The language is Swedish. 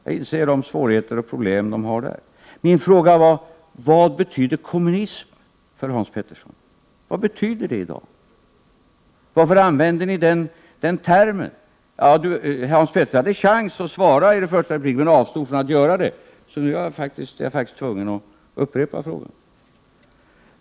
Jag inser de svårigheter och problem man har där. Min fråga var: Vad betyder kommunism för Hans Petersson? Vad betyder det i dag? Varför använder ni den termen? Hans Petersson hade i sin första replik en chans att svara på dessa frågor, men han avstod från att göra det, och jag är därför tvungen att upprepa frågorna.